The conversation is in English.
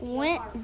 went